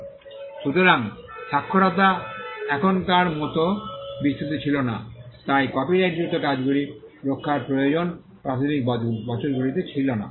যেহেতু সাক্ষরতা এখনকার মতো বিস্তৃত ছিল না তাই কপিরাইটযুক্ত কাজগুলি রক্ষার প্রয়োজন প্রাথমিক বছরগুলিতে ছিল না